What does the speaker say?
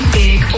big